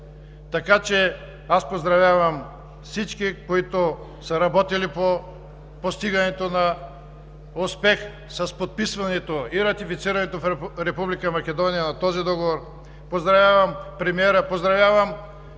Така че аз поздравявам всички, които са работили по постигането на успех с подписването и ратифицирането в Република Македония на този договор. Поздравявам премиера, поздравявам